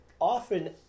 often